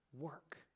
work